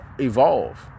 evolve